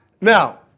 now